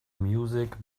music